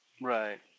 Right